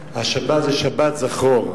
שבת זכור,